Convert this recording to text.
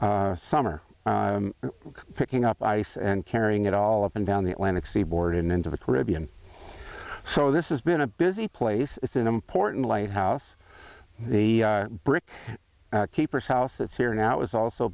summer picking up ice and carrying it all up and down the atlantic seaboard and into the caribbean so this is been a busy place it's an important lighthouse the brick keeper's house that's here now it was also